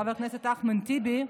חבר הכנסת אחמד טיבי,